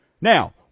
Now